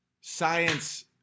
science